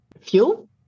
fuel